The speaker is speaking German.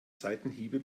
seitenhiebe